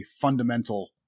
fundamental